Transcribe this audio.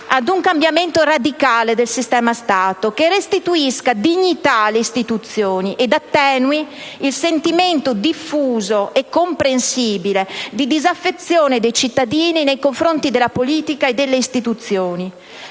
ad un cambiamento radicale del sistema Stato, che restituisca dignità alle istituzioni ed attenui il sentimento diffuso e comprensibile di disaffezione dei cittadini nei confronti della politica e delle istituzioni.